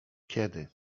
kiedy